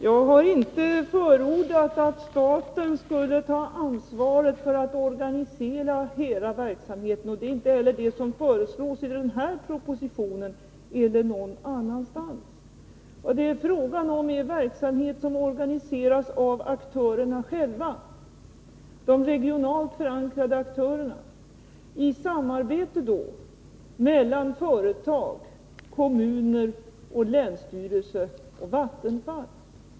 Jag har inte förordat att staten skulle ta ansvaret för att organisera hela verksamheten, och det är inte heller det som föreslås i den här propositionen eller någon annanstans. Vad det är fråga om är en verksamhet som organiseras av aktörerna själva, de regionalt förankrade aktörerna, i samarbete mellan företag, kommuner, länsstyrelse och Vattenfall.